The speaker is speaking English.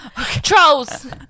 Trolls